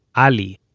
ali,